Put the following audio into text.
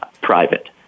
private